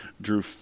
Drew